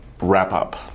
wrap-up